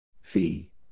Fee